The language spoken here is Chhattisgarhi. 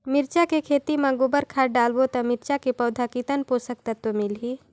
मिरचा के खेती मां गोबर खाद डालबो ता मिरचा के पौधा कितन पोषक तत्व मिलही?